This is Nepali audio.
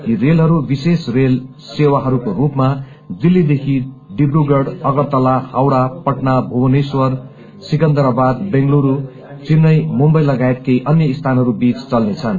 यी रेलहरू विशेष रेल सेवाहरूको रूपमा दिल्लीदेखि डिब्रुगड़ अगरतल्ला हावड़ा पटना भुवनेश्वर सिकन्दावाद बेंगलुरू चेत्रई मुम्बई लतायत केही अन्य स्थानहरू बीच चल्लनेछन्